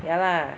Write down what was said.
ya lah